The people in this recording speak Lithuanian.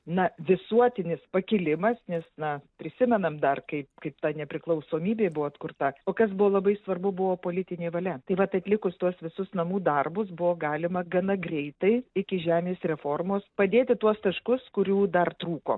na visuotinis pakilimas nes na prisimenam dar kaip kaip ta nepriklausomybė buvo atkurta o kas buvo labai svarbu buvo politinė valia taip vat atlikus tuos visus namų darbus buvo galima gana greitai iki žemės reformos padėti tuos taškus kurių dar trūko